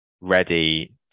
ready